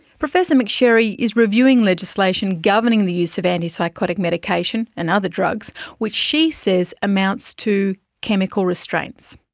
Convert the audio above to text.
professor mcsherry is reviewing legislation governing the use of anti-psychotic medication and other drugs which she says amounts to chemical restraints.